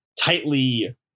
tightly